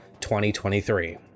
2023